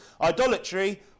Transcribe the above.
idolatry